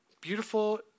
Beautiful